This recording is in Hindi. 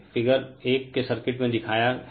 फिगर 1 के सर्किट में दिखाया है